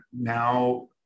now